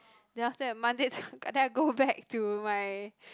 then after that Monday then I go back to my